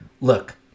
look